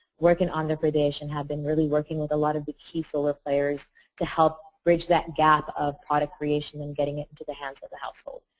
working on their credential, have been really working with a lot of the key solar players to help bridge that gap of product creation and getting it to the hands of the household.